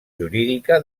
jurídica